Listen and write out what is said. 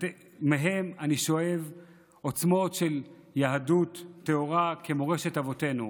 מהם אני שואב עוצמות של יהדות טהורה כמורשת אבותינו.